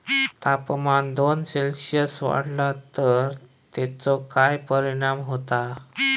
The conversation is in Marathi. तापमान दोन सेल्सिअस वाढला तर तेचो काय परिणाम होता?